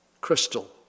crystal